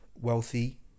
wealthy